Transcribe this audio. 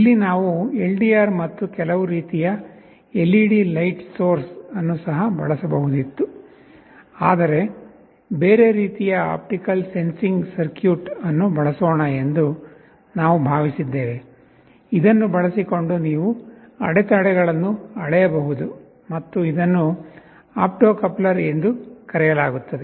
ಇಲ್ಲಿ ನಾವು ಎಲ್ಡಿಆರ್ ಮತ್ತು ಕೆಲವು ರೀತಿಯ ಎಲ್ಇಡಿ ಲೈಟ್ ಸೋರ್ಸ್ ಅನ್ನು ಸಹ ಬಳಸಬಹುದಿತ್ತು ಆದರೆ ಬೇರೆ ರೀತಿಯ ಆಪ್ಟಿಕಲ್ ಸೆನ್ಸಿಂಗ್ ಸರ್ಕ್ಯೂಟ್ ಅನ್ನು ಬಳಸೋಣ ಎಂದು ನಾವು ಭಾವಿಸಿದ್ದೇವೆ ಇದನ್ನು ಬಳಸಿಕೊಂಡು ನೀವು ಅಡೆತಡೆಗಳನ್ನು ಅಳೆಯಬಹುದು ಮತ್ತು ಇದನ್ನು ಆಪ್ಟೋ ಕಪ್ಲರ್ ಎಂದು ಕರೆಯಲಾಗುತ್ತದೆ